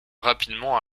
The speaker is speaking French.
rapidement